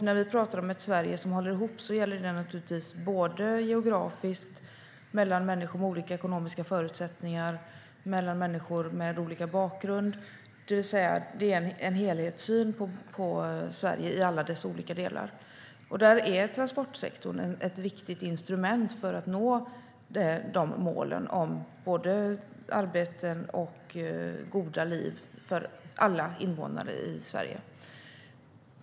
När vi pratar om ett Sverige som håller ihop gäller det naturligtvis geografiskt, mellan människor med olika ekonomiska förutsättningar och mellan människor med olika bakgrund, det vill säga att det är en helhetssyn på Sverige i alla dess olika delar. Där är transportsektorn ett viktigt instrument för att nå målen om arbetstillfällen och goda liv för alla invånare i Sverige.